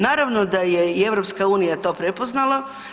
Naravno da je i EU to prepoznala.